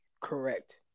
Correct